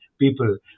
people